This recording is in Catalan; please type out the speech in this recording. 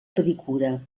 pedicura